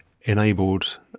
enabled